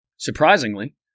Surprisingly